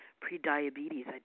pre-diabetes